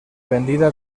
vendida